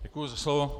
Děkuji za slovo.